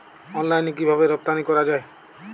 অনলাইনে কিভাবে রপ্তানি করা যায়?